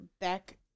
back